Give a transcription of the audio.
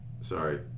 sorry